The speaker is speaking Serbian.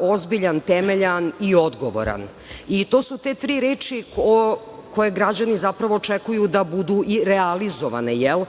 ozbiljan, temeljan i odgovoran. To su te tri reči koje zapravo građani očekuju da budu i realizovane, jel,